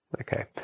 Okay